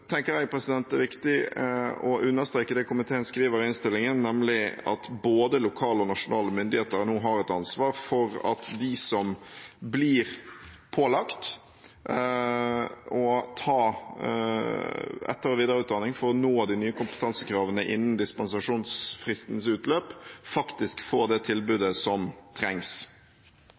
tenker jeg det er viktig å understreke det komiteen skriver i innstillingen, nemlig at både lokale og nasjonale myndigheter nå har et ansvar for at de som blir pålagt å ta etter- og videreutdanning for å nå de nye kompetansekravene innen dispensasjonsfristens utløp, faktisk får det tilbudet som trengs.